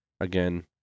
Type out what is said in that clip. again